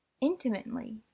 Intimately